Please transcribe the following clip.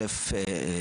דבר אחד,